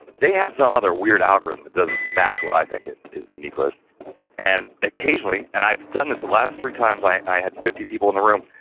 they have some other weird algorithm, it doesn't match what i think, it is the unique list and occasionally and i've done this the last three times, i i had fifty people in the room.